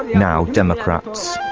now democrats.